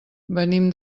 venim